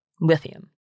lithium